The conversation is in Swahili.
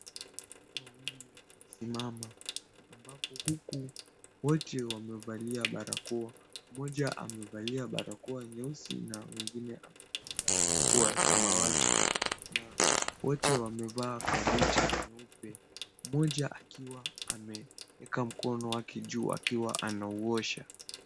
Watu wawili wamesimama ambapo huku wote wamevalia barakoa, mmoja amevalia barakoa nyeusi na mwingine amevalia barakoa ya samawati na wote wamevaa kabuti nyeupe, mmoja akiwa ameeka mkono wake juu akiwa anauosha.